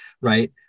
Right